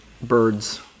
Birds